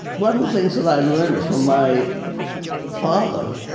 one of the things that i learned from my father